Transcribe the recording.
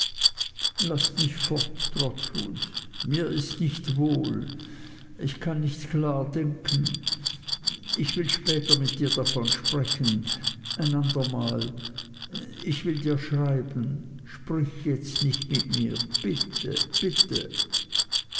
laß mich fort trotwood mir ist nicht wohl ich kann nicht klar denken ich will später mit dir davon sprechen ein ander mal ich will dir schreiben sprich jetzt nicht mit mir bitte bitte